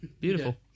beautiful